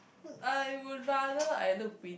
I would rather I look pret~